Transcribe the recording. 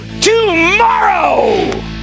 tomorrow